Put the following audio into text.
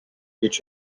get